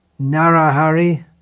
Narahari